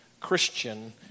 Christian